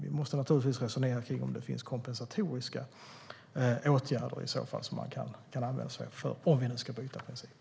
Vi måste naturligtvis resonera om huruvida det i så fall finns kompensatoriska åtgärder som man kan använda sig av, om vi nu ska byta princip.